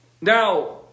Now